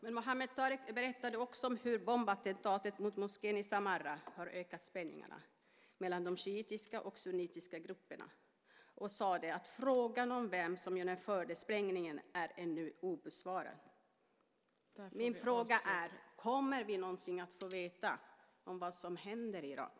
Men Muhammed Tareq berättade också om hur bombattentatet mot moskén i Samarra har ökat spänningarna mellan de shiitiska och sunnitiska grupperna och sade att frågan om vem som genomförde sprängningen ännu är obesvarad. Min fråga är: Kommer vi någonsin att få veta vad som händer i Irak?